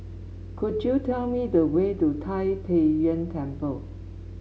could you tell me the way to Tai Pei Yuen Temple